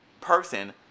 person